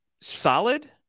solid